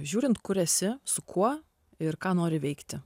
žiūrint kur esi su kuo ir ką nori veikti